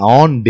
on